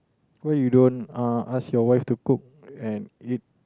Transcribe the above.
why you don't uh ask your wife to cook and eat